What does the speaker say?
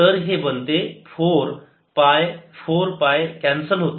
तर हे बनते 4 पाय 4 पाय कॅन्सल होते